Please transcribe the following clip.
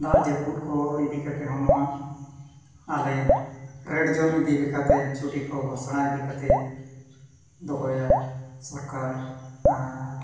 ᱫᱟᱜ ᱡᱟᱹᱯᱩᱫ ᱠᱚ ᱤᱫᱤ ᱠᱟᱛᱮᱫ ᱦᱚᱸ ᱱᱚᱣᱟ ᱟᱞᱮ ᱨᱮᱰ ᱡᱳᱱ ᱤᱫᱤ ᱞᱮᱠᱟᱛᱮ ᱪᱷᱩᱴᱤ ᱠᱚ ᱜᱷᱳᱥᱱᱟ ᱤᱫᱤ ᱠᱟᱛᱮᱫ ᱫᱚᱦᱚᱭᱟᱭ ᱥᱚᱨᱠᱟᱨ ᱟᱨ